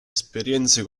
esperienze